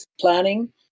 planning